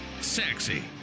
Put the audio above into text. sexy